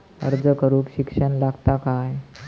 अर्ज करूक शिक्षण लागता काय?